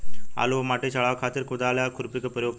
आलू पर माटी चढ़ावे खातिर कुदाल या खुरपी के प्रयोग करी?